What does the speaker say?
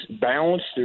balanced